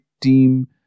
team